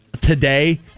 today